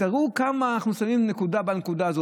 תראו כמה אנחנו שמים על הנקודה הזאת.